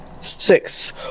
Six